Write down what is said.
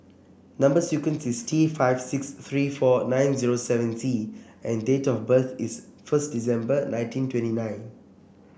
number sequence is T five six three four nine zero seven C and date of birth is first December nineteen twenty nine